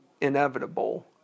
inevitable